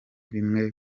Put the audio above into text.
bimwe